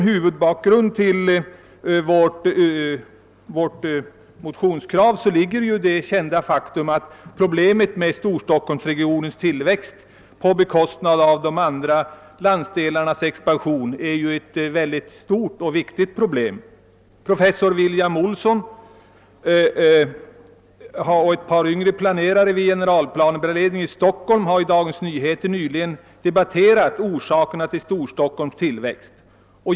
Huvudbakgrunden till vårt motionskrav är det kända faktum att Storstockholmsregionens tillväxt på bekostnad av de andra landsdelarnas expansion är ett mycket stort och allvarligt problem. Professor William-Olsson och ett par yngre planerare vid generalplaneberedningen i Stockholm har nyligen i Dagens Nyheter debatterat Storstockholms tillväxt.